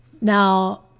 Now